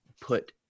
put